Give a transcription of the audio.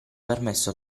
permesso